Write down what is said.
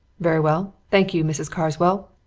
very well thank you, mrs. carswell.